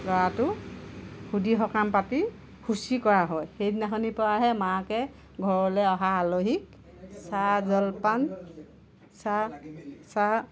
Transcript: ল'ৰাটোৰ শুদ্ধি সকাম পাতি শুচি কৰা হয় সেইদিনাখনিৰ পৰাহে মাকে ঘৰলৈ অহা আলহীক চাহ জলপান চাহ চাহ